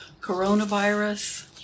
coronavirus